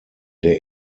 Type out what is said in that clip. der